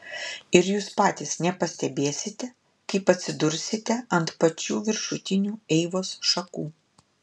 ir jūs patys nepastebėsite kaip atsidursite ant pačių viršutinių eivos šakų